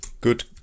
good